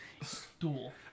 Stool